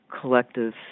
collective